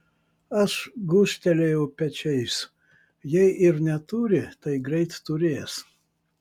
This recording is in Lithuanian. aš gūžtelėjau pečiais jei ir neturi tai greit turės